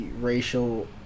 racial